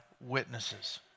witnesses